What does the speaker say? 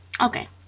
Okay